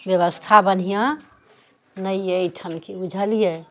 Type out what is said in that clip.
व्यवस्था बढ़िआँ नहि अइ अइठानके बुझलियै